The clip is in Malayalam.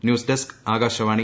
ന്യൂസ്ഡെസ്ക് ആകാശവാണി